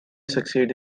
succeeds